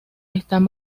están